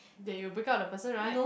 that you'll break up with the person right